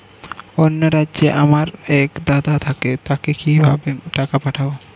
অন্য রাজ্যে আমার এক দাদা থাকে তাকে কিভাবে টাকা পাঠাবো?